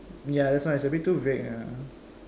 ya that's why it's a bit too vague ah